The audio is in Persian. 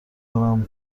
کنم